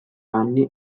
anni